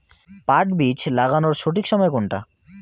পাট বীজ লাগানোর সঠিক সময় কোনটা?